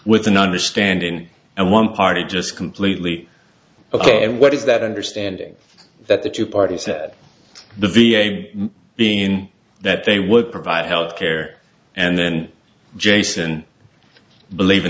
with an understanding and one party just completely ok and what is that understanding that the two parties at the v a being that they would provide health care and then jason believing